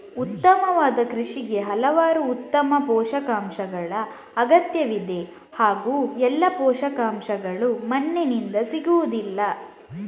ಉತ್ತಮವಾದ ಕೃಷಿಗೆ ಹಲವಾರು ಉತ್ತಮ ಪೋಷಕಾಂಶಗಳ ಅಗತ್ಯವಿದೆ ಹಾಗೂ ಎಲ್ಲಾ ಪೋಷಕಾಂಶಗಳು ಮಣ್ಣಿನಿಂದ ಸಿಗುವುದಿಲ್ಲ